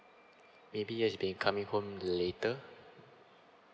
lately he has been coming home later